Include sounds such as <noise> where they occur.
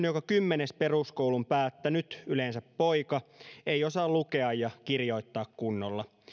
<unintelligible> joka kymmenes peruskoulun päättänyt yleensä poika ei osaa lukea ja kirjoittaa kunnolla